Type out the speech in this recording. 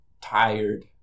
Tired